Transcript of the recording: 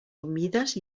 humides